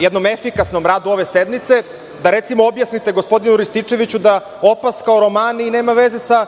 jednom efikasnom radu ove sednice, da recimo objasnite gospodinu Rističeviću da opaska o Romaniji nema veze sa